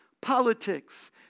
Politics